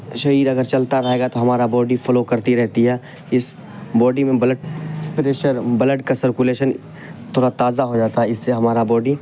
شریر اگر چلتا رہے گا تو ہمارا باڈی فلو کرتی رہتی ہے اس باڈی میں بلڈ پریشر بلڈ کا سرکولیشن تھورا تازہ ہو جاتا ہے اس سے ہمارا باڈی